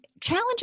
challenge